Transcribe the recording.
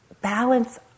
balance